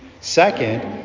Second